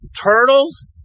Turtles